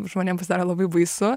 žmonėm pasidaro labai baisu